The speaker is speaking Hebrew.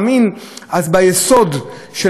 אז היסוד של האמון,